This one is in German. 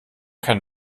kein